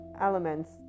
elements